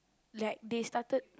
like they started